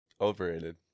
Overrated